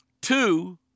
two